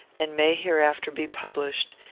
and may hereafter be published,